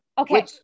Okay